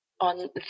on